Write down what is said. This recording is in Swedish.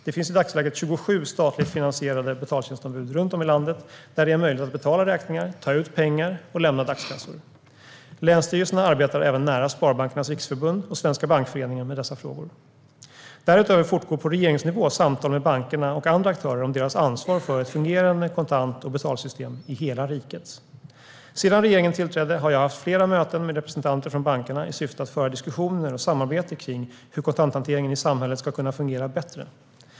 Det finns i dagsläget 27 statligt finansierade betaltjänstombud runt om i landet där det är möjligt att betala räkningar, ta ut pengar och lämna dagskassor. Länsstyrelserna arbetar även nära Sparbankernas Riksförbund och Svenska Bankföreningen med dessa frågor. Därutöver fortgår på regeringsnivå samtal med bankerna och andra aktörer om deras ansvar för ett fungerande kontant och betalsystem i hela riket. Sedan regeringen tillträdde har jag haft flera möten med representanter från bankerna i syfte att föra diskussioner och samarbeta kring hur kontanthanteringen i samhället ska kunna fungera bättre.